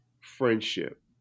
friendship